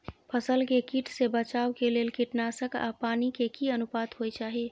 फसल के कीट से बचाव के लेल कीटनासक आ पानी के की अनुपात होय चाही?